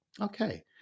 okay